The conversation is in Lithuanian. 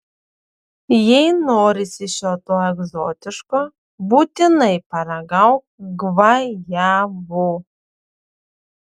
jei norisi šio to egzotiško būtinai paragauk gvajavų